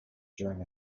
during